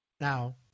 Now